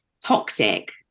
toxic